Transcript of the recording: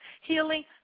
Healing